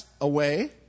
away